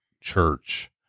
church